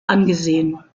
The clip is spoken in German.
angesehen